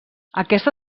aquesta